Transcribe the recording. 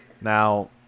Now